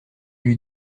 eût